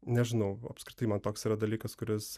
nežinau apskritai man toks yra dalykas kuris